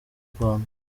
rwanda